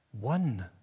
one